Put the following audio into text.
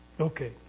Okay